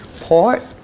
port